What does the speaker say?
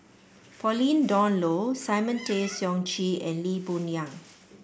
Pauline Dawn Loh Simon Tay Seong Chee and Lee Boon Yang